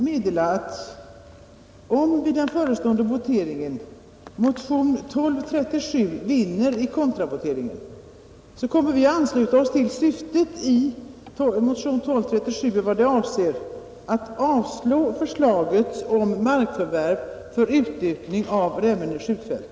Herr talman! För ordningens skull ber jag att få meddela att om motionen 1237 vinner vid voteringen om kontraproposition så kommer vi att ansluta oss till syftet i motionen 1237 i vad den avser avslag på förslaget om markförvärv för utökning av Remmene skjutfält.